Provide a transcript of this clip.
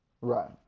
Right